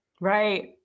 right